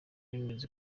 bemeza